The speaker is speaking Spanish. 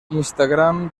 instagram